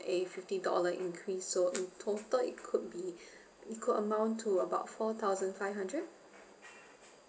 a fifty dollar increase so in total it could be equal amount to about four thousand five hundred